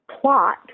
plot